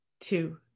two